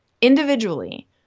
individually